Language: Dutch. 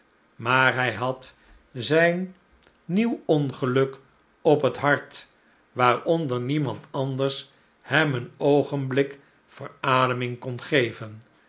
maar hij had zijn nieuw ongeluk op het hart waaronder niemand anders hem een oogenblik verademing kon geven